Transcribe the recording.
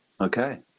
Okay